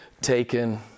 taken